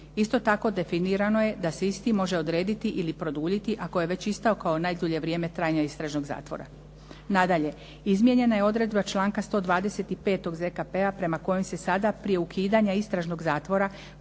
Isto tako, definirano je da se isti može odrediti ili produljiti ako je već isteklo najdulje vrijeme trajanja istražnog zatvora. Nadalje, izmijenjena je odredba članka 125. ZKP-a prema kojem se sada prije ukidanja istražnog zatvora